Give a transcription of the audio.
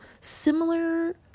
Similar